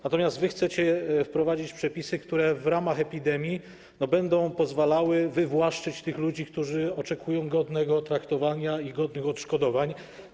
Natomiast wy chcecie wprowadzić przepisy, które w ramach epidemii będą pozwalały wywłaszczyć tych ludzi, którzy oczekują godnego traktowania i godnych odszkodowań.